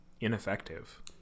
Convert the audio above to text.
ineffective